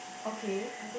okay